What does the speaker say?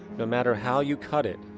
no matter how you cut it,